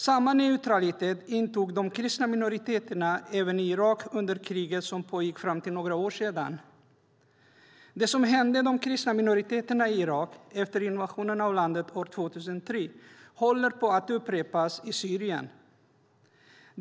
Samma neutralitet intog de kristna minoriteterna även i Irak under kriget som pågick fram till för några år sedan. Det som hände de kristna minoriteterna i Irak efter invasionen av landet år 2003 håller på att upprepas i Syrien.